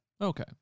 Okay